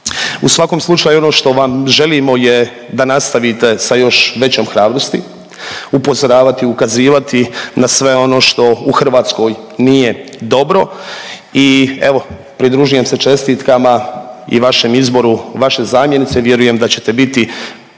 U svakom slučaju ono što vam želimo je da nastavite sa još većom hrabrosti upozoravati, ukazivati na sve ono što u Hrvatskoj nije dobro i evo pridružujem se čestitkama i vašem izboru vaše zamjenice i vjerujem da ćete biti